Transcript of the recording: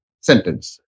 sentence